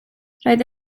roedd